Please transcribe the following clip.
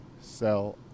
sell